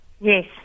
Yes